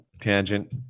tangent